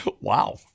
Wow